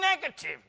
negative